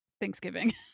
Thanksgiving